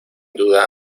duda